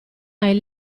hai